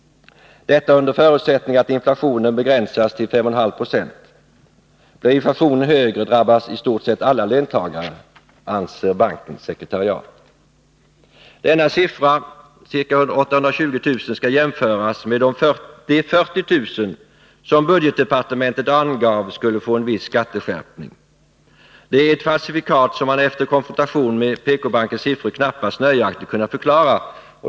Detta under förutsättningen att inflationen anser bankens sekretariat. Denna siffra, ca 820 000, skall jämföras med de 40 000 som budgetdepartementet angav skulle få en viss skatteskärpning. Den är ett falsifikat som man efter konfrontationen med PK-bankens siffror knappast nöjaktigt kunnat förklara.